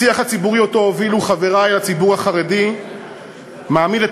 השיח הציבורי שהובילו חברי לציבור החרדי מעמיד את